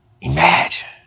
Imagine